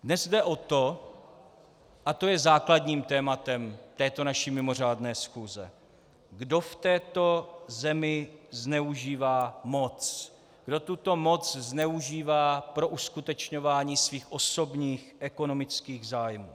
Dnes jde o to, a to je základním tématem této naší mimořádné schůze, kdo v této zemi zneužívá moc, kdo tuto moc zneužívá pro uskutečňování svých osobních ekonomických zájmů.